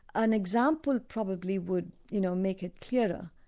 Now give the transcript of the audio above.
an example probably would you know make it clearer.